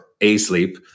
asleep